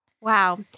Wow